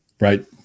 Right